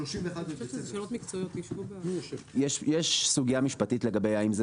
31 בדצמבר יש סוגיה משפטית לגבי האם זה